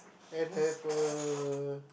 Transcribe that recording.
and have a